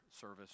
service